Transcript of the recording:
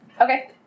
Okay